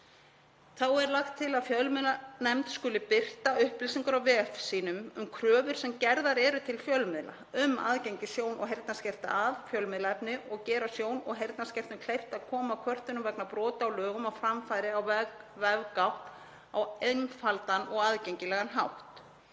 Þá er lagt til að fjölmiðlanefnd skuli birta upplýsingar á vef sínum um kröfur sem gerðar eru til fjölmiðla um aðgengi sjón- og heyrnarskertra að fjölmiðlaefni, og gera sjón- og heyrnarskertum kleift að koma kvörtunum vegna brota á lögunum á framfæri í vefgátt á einfaldan og aðgengilegan hátt.